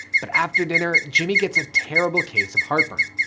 but after dinner, jimmy gets a terrible case of heartburn.